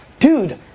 dude,